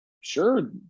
sure